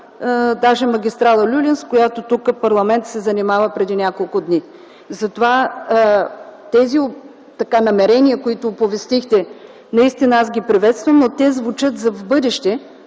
даже магистрала „Люлин”, с която тук парламентът се занимава преди няколко дни. Тези намерения, които оповестихте, наистина аз ги приветствам. Но те звучат за в бъдеще,